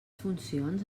funcions